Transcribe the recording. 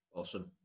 Awesome